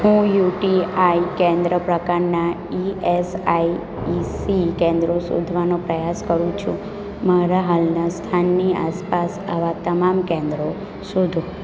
હું યુટીઆઈ કેન્દ્ર પ્રકારનાં E S I E C કેન્દ્રો શોધવાનો પ્રયાસ કરું છું મારા હાલનાં સ્થાનની આસપાસ આવાં તમામ કેન્દ્રો શોધો